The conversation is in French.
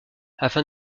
afin